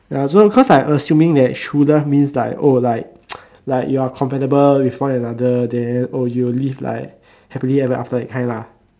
ya so cause like assuming that true love means like oh like like you are compatible with one another then oh you will live like happily ever after that kind lah